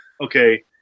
okay